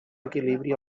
equilibri